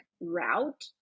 route